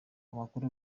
amakuru